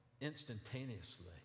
instantaneously